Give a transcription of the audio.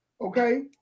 okay